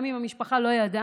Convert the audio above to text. גם אם המשפחה לא ידעה.